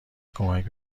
کمک